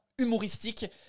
Humoristique